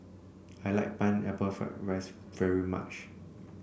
I like Pineapple Fried Rice very much